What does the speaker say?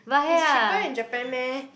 it's cheaper in Japan meh